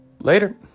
Later